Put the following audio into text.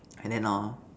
and then hor